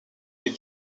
est